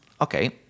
okay